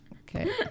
Okay